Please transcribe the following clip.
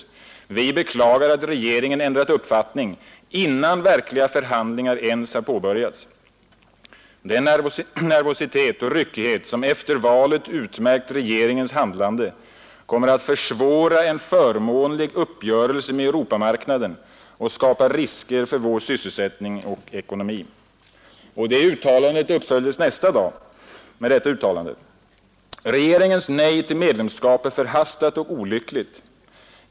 Vi beklagar att regeringen ändrat uppfattning innan verkliga förhandlingar ens har påbörjats. Den nervositet och ryckighet som efter valet utmärkt regeringens handlande kommer att försvåra en förmånlig uppgörelse med Europamarknaden och skapar risker för vår sysselsättning och ekonomi.” Detta uttalande uppföljdes nästa dag med följande: ”Regeringens nej till medlemskap är förhastat och olyckligt.